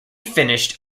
finished